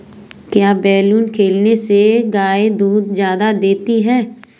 क्या बिनोले खिलाने से गाय दूध ज्यादा देती है?